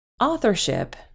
Authorship